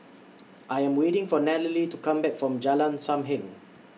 I Am waiting For Natalie to Come Back from Jalan SAM Heng